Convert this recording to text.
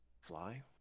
Fly